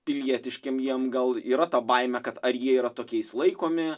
pilietiškiem jiem gal yra ta baimė kad ar jie yra tokiais laikomi